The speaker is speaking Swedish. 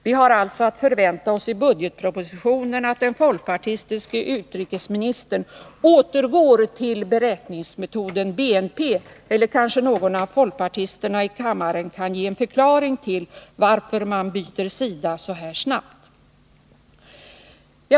Vi har alltså att förvänta oss att den folkpartistiske utrikesministern i budgetpropositionen återgår till beräkningsmetoden BNP. Eller kan kanske någon av folkpartisterna i kammaren ge en förklaring till att man byter sida så här snabbt?